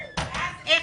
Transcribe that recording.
ואז,